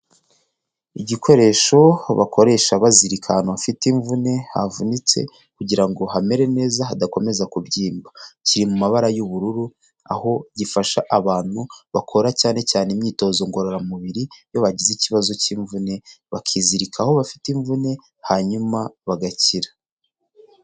Igikoresho bakoresha bazirika ahantu hafite imvune havunitse kugira hamere neza hadakomeza kubyimba kiri mu mabara y'ubururu aho gifasha abantu bakora cyane cyane imyitozo ngororamubiri iyo bagize ikibazo cy'imvune bakizirika aho bafite imvune hanyuma bagakira.